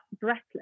breathless